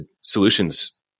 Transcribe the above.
solutions